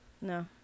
No